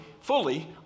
fully